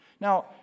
Now